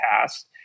past